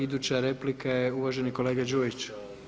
Iduća replika uvaženi kolega Đujić.